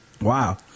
Wow